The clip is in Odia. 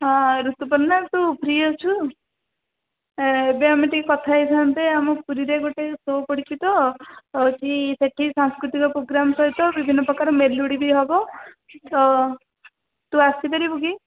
ହଁ ହଁ ଋତୁପର୍ଣ୍ଣା ତୁ ଫ୍ରି ଅଛୁ ଏବେ ଆମେ ଟିକିଏ କଥା ହେଇଥାନ୍ତେ ଆମ ପୁରୀରେ ଗୋଟେ ସୋ ପଡ଼ିଛି ତ ସେଇଠି ସାଂସ୍କୃତିକ ପୋଗ୍ରାମ୍ ସହିତ ବିଭିନ୍ନ ପ୍ରକାର ମେଲୋଡ଼ି ବି ହବ ତ ତୁ ଆସିପାରିବୁ କି